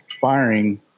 firing